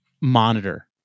monitor